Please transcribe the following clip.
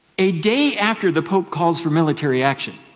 a day after the pope calls for military action